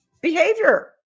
behavior